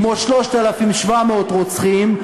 כמו 3,700 רוצחים.